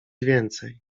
więcej